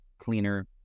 cleaner